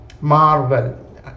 marvel